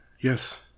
Yes